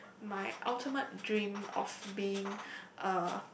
my ultimate dream of being a